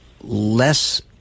less